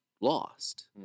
lost